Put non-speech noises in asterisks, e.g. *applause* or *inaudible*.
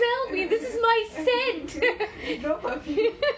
*laughs* no perfume *laughs*